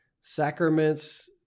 sacraments